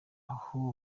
aho